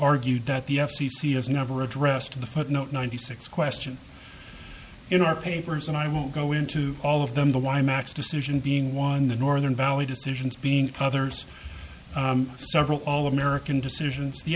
argued that the f c c has never addressed in the footnote ninety six question you know our papers and i won't go into all of them the why max decision being one the northern valley decisions being others several all american decisions the